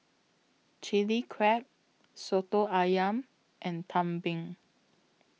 Chilli Crab Soto Ayam and Tumpeng